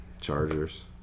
Chargers